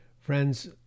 Friends